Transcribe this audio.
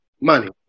Money